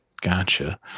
gotcha